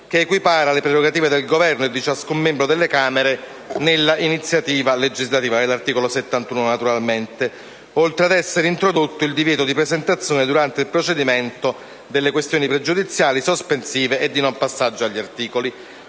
che equipara le prerogative del Governo e di ciascun membro delle Camere nella iniziativa legislativa, oltre ad essere introdotto il divieto di presentazione, durante il procedimento, delle questioni pregiudiziali, sospensive e di non passaggio agli articoli.